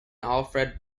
alfred